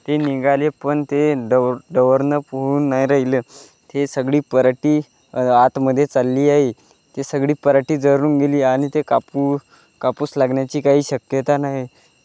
ते निघाले पण ते डव डवरणं पुरून नाही राहिले ते सगळी पराठी अ आतमध्ये चालली आहे ती सगळी पराठी जळून गेली आणि ते कापू कापूस लागण्याची काही शक्यता नाही आहे